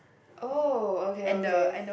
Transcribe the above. oh okay okay